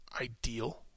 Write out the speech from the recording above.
ideal